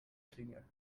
cleaner